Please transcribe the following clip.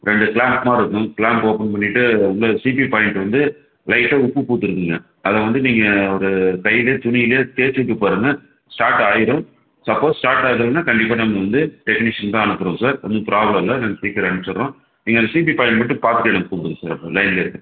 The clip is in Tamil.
ரெண்டு க்லாம்ப் மாதிரி இருக்கும் க்லாம்ப்பை ஒப்பன் பண்ணிட்டு வந்து சீபி பாயிண்ட்டு வந்து லைட்டா உப்பு பூத்துருக்குதுங்க அதை வந்து நீங்கள் ஒரு சைடு துணியில் தேய்ச்சு விட்டுப் பாருங்கள் ஸ்டார்ட்டு ஆயிடும் சப்போஸ் ஸ்டார்ட் ஆகலைனா கண்டிப்பாக நம்ம வந்து டெக்னிஷன் தான் அனுப்புறோம் சார் ஒன்னும் ப்ராப்லம் இல்லை நாங்கள் சீக்கிரம் அனுப்பிச்சிர்றோம் நீங்கள் அந்த சீபி பாயிண்ட் மட்டும் பார்த்துட்டு எனக்கு கூப்பிடுங்க சார் லைன்லயே இருக்கேன்